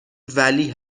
ولی